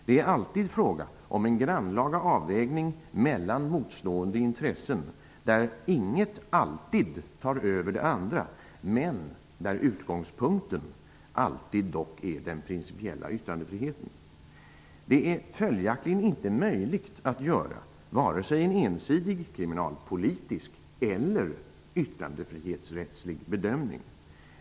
Det är alltid fråga om en grannlaga avvägning mellan motstående intressen, där inget alltid tar över det andra men där utgångspunkten alltid är den principiella yttrandefriheten. Det är följaktligen inte möjligt att göra vare sig en ensidig kriminalpolitisk eller yttrandefrihetsrättslig bedömning.